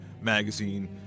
magazine